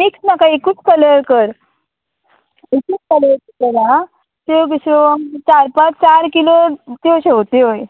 mix म्हाका एकूत colour कर एकूत कलर आं त्यो कश्यो चार पांच चार किलो त्यो शेवत्योय